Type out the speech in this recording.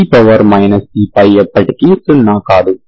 e c ఎప్పటికీ 0 కాదు